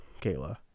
kayla